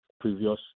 previous